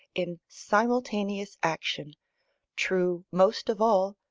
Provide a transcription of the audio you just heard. in simultaneous action true, most of all,